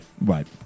Right